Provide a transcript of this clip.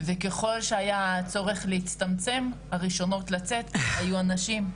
וככל שהיה צורך להצטמצם הראשונות לצאת היו הנשים.